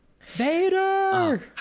Vader